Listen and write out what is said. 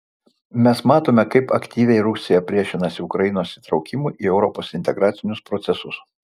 mes matome kaip aktyviai rusija priešinasi ukrainos įtraukimui į europos integracinius procesus